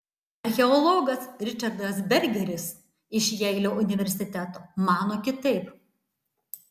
archeologas ričardas bergeris iš jeilio universiteto mano kitaip